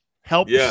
helps